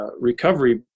recovery